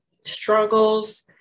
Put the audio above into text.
struggles